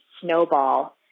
snowball